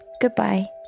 Goodbye